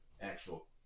actual